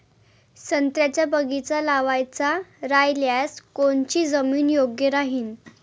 संत्र्याचा बगीचा लावायचा रायल्यास कोनची जमीन योग्य राहीन?